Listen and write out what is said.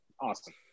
Awesome